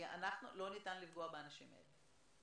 כי אנחנו לא ניתן לפגוע באנשים האלה.